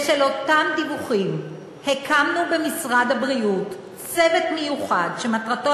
בשל אותם דיווחים הקמנו במשרד הבריאות צוות מיוחד שמטרתו